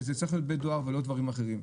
שזה צריך להיות בדואר ולא במקומות אחרים.